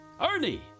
Ernie